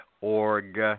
org